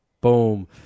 boom